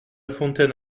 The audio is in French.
fontaine